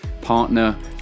partner